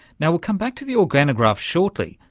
now, we'll come back to the organograph shortly,